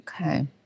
Okay